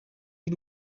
y’u